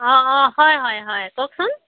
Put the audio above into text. অঁ অঁ হয় হয় হয় কওকচোন